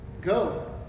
Go